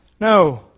No